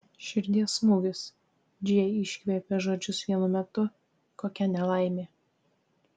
širdies smūgis džėja iškvėpė žodžius vienu metu kokia nelaimė